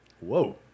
Whoa